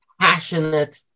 passionate